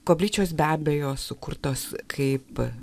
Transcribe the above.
koplyčios be abejo sukurtos kaip